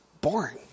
boring